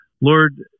Lord